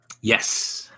Yes